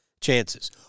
chances